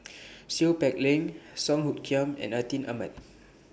Seow Peck Leng Song Hoot Kiam and Atin Amat